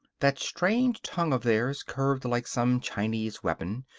that strange tongue of theirs, curved like some chinese weapon,